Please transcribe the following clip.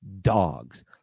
dogs